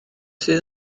sydd